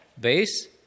base